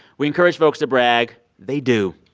we encourage folks to brag. they do.